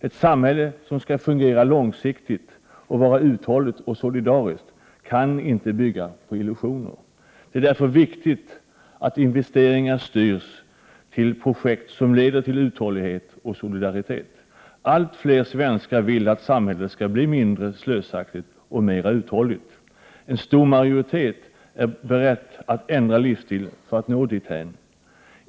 Ett samhälle som skall fungera långsiktigt och vara uthålligt och solidariskt kan inte byggas på illusioner. Det är därför viktigt att investeringar styrs till projekt som leder till uthållighet och solidaritet. Allt fler svenskar vill att samhället skall bli mindre slösaktigt och mer uthålligt. En stor majoritet är beredd att ändra livsstil för att nå dithän.